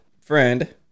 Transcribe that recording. friend